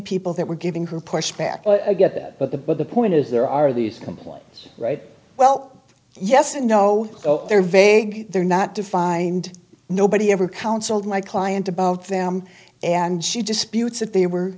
people that were giving her pushback but the but the point is there are these complaints right well yes and no they're vague they're not defined nobody ever counseled my client about them and she disputes that they were